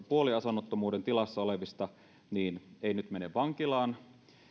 puoliasunnottomuuden tilassa olevista ei nyt mene vankilaan